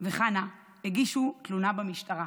וחנה הגישו תלונה במשטרה.